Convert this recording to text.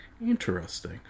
interesting